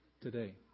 today